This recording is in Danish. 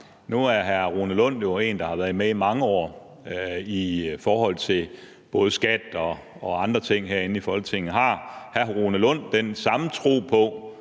nu er hr. Rune Lund jo en, der har været med i mange år i forhold til både skat og andre ting her i Folketinget. Har hr. Rune Lund den samme tro på,